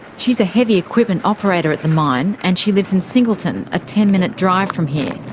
she's a heavy-equipment operator at the mine, and she lives in singleton, a ten-minute drive from here.